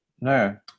no